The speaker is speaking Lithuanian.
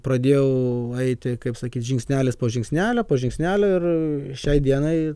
pradėjau eiti kaip sakyt žingsnelis po žingsnelio po žingsnelio ir šiai dienai